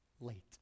late